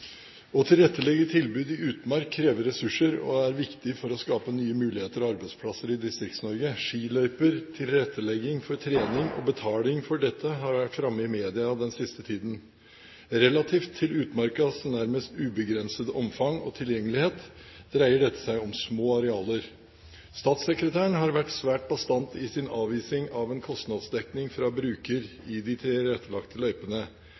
å skape nye muligheter og arbeidsplasser i Distrikts-Norge. Skiløyper, tilrettelegging for trening og betaling for dette har vært framme i media den siste tiden. Relativt til utmarkas nærmest ubegrensede omfang og tilgjengelighet dreier dette seg om små arealer. Statssekretæren har vært svært bastant i sin avvisning av en kostnadsdekning fra bruker